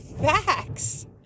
facts